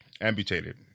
amputated